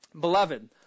beloved